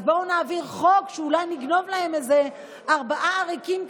בואו נעביר חוק ואולי נגנוב להם איזה ארבעה עריקים,